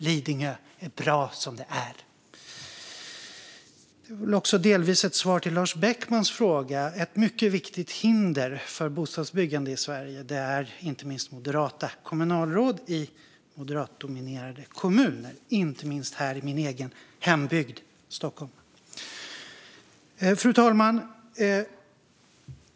Lidingö är bra som det är. Detta är väl också delvis ett svar på Lars Beckmans fråga. Ett mycket viktigt hinder för bostadsbyggande i Sverige är moderata kommunalråd i moderatdominerade kommuner, inte minst här i min egen hembygd, alltså Stockholm. Fru talman!